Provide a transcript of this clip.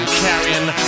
carrying